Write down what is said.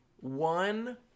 one